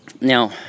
Now